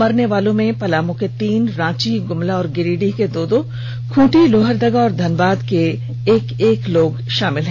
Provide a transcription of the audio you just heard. मरने वालों में पलामू के तीन रांची गुमला और गिरिडीह के दो दो खूंटी लोहरदगा और धनबाद के एक एक लोग शामिल हैं